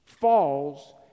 falls